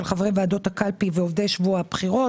חברי ועדות הקלפי ועובדי שבוע הבחירות.